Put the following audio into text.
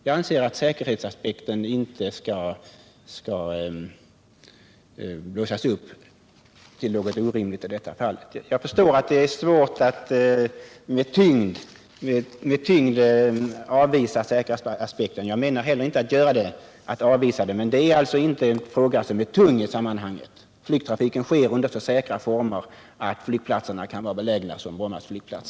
Jag anser att säkerhetsaspekten inte skall blåsas upp till något orimligt i detta fall. Flygtrafiken sker under så säkra former att flygplatserna kan vara belägna som Bromma flygplats.